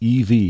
EV